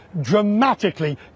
dramatically